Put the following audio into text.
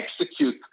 execute